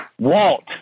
Walt